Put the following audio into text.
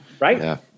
Right